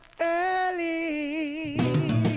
early